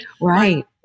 Right